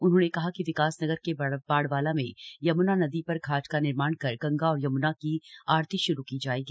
उन्होंने कहा कि विकास नगर के बाड़वाला में यम्ना नदी पर घाट का निर्माण कर गंगा और यम्ना की आरती श्रू की जायेगी